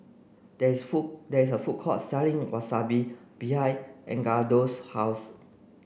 there is a food there is a food court selling Wasabi behind Edgardo's house